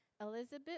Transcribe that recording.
Elizabeth